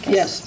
Yes